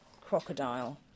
crocodile